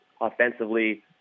offensively